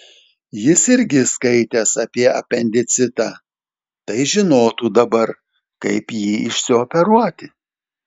jis irgi skaitęs apie apendicitą tai žinotų dabar kaip jį išsioperuoti